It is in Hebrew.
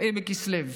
כ"ה בכסלו.